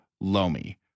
Lomi